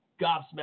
gobsmacked